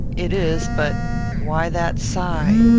it is but why that sigh?